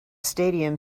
stadium